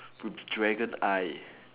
with dragon eye